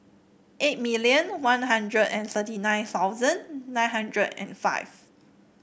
eight million One Hundred and thirty nine thousand nine hundred and five